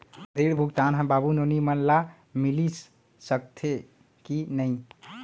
ऋण भुगतान ह बाबू नोनी मन ला मिलिस सकथे की नहीं?